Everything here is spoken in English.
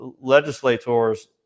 legislators